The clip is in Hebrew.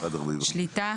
"שליטה"